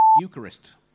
Eucharist